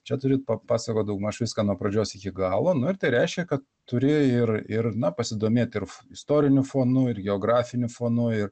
čia turit papasakot daugmaž viską nuo pradžios iki galo nu ir tai reiškia kad turi ir ir na pasidomėt ir istoriniu fonu ir geografiniu fonu ir